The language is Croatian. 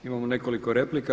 Imamo nekoliko replika.